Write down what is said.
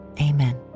amen